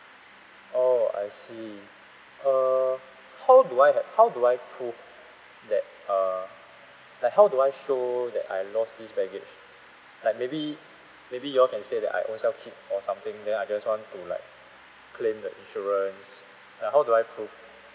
oh I see err how do I have how do I prove that uh like how do I show that I lost this baggage like maybe maybe you all can say that I own self keep or something then I just want to like claim the insurance then how do I prove